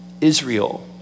Israel